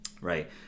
right